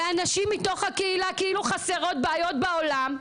ואנשים בתוך הקהילה, כאילו חסרות בעיות בעולם,